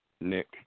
Nick